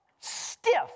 stiff